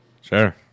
Sure